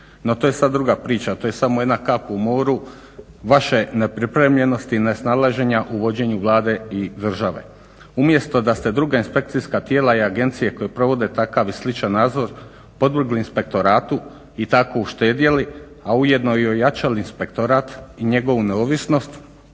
No to je sada druga priča, to je samo jedna kap u moru vaše nepripremljenosti i nesnalaženja u vođenju vlade i države. Umjesto da ste druga inspekcijska tijela i agencije koje provode takav i sličan nadzor podvrgli inspektoratu i tako uštedjeli a ujedno i ojačali inspektorat i njegovu neovisnost